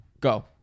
go